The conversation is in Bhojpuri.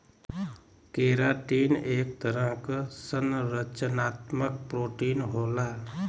केराटिन एक तरह क संरचनात्मक प्रोटीन होला